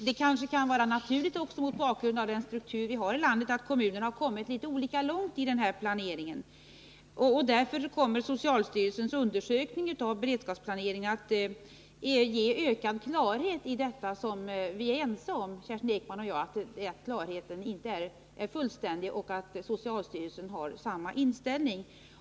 Det kanske kan vara naturligt också mot bakgrund av den struktur vi har i landet att kommunerna har kommit olika långt i den här planeringen. Därför kommer socialstyrelsens undersökning av beredskapsplaneringen att ge ökad klarhet. Kerstin Ekman och jag är ense om att klarheten inte är fullständig när det gäller denna planering, och socialstyrelsen har samma inställning.